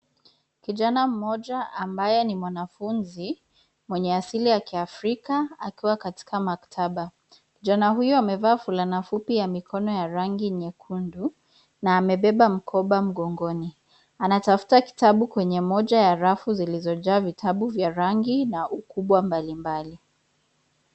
Kijana mmoja ambaye ni mwanafunzi mwenye asili ya Kiafrika akiwa katika maktaba. Kijana huyu amevaa fulana fupi ya mikono ya rangi nyekundu na amebeba mkoba mgongoni. Anatafuta kitabu kwenye moja ya rafu zilizojaa vitabu vya rangi na ukubwa mbali mbali.